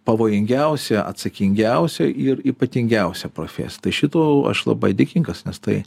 pavojingiausia atsakingiausia ir ypatingiausia profesija tai šitu aš labai dėkingas nes tai